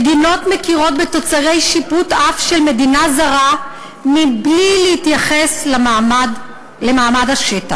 מדינות מכירות בתוצרי שיפוט אף של מדינה זרה מבלי להתייחס למעמד השטח.